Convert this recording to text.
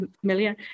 familiar